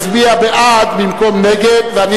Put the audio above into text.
58, נגד, 44. אני